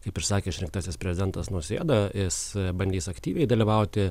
kaip ir sakė išrinktasis prezidentas nausėda jis bandys aktyviai dalyvauti